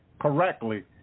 correctly